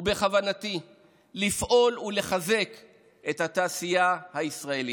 ובכוונתי לפעול ולחזק את התעשייה הישראלית.